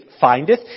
findeth